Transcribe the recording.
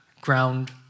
ground